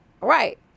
Right